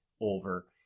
over